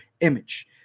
image